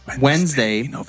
Wednesday